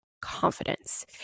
confidence